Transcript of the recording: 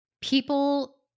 people